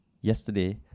yesterday